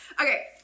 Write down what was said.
Okay